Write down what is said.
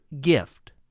gift